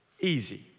easy